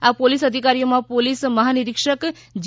આ પોલીસ અધિકારીઓમાં પોલીસ મહાનિરીક્ષક જી